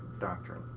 doctrine